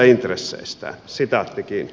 herra puhemies